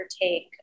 take